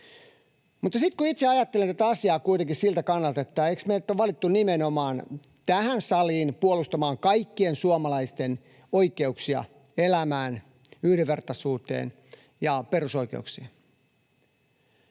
Mutta itse ajattelen tätä asiaa kuitenkin siltä kannalta, että eikö meidät ole valittu tähän saliin nimenomaan puolustamaan kaikkien suomalaisten oikeuksia elämään, yhdenvertaisuuteen ja perusoikeuksiin.